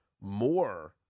more